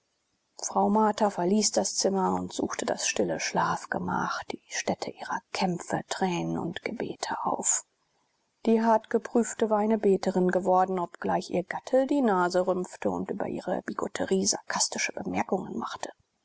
frau martha verließ das zimmer und suchte das stille schlafgemach die stätte ihrer kämpfe tränen und gebete auf die hartgeprüfte war eine beterin geworden obgleich ihr gatte die nase rümpfte und über ihre bigotterie sarkastische bemerkungen machte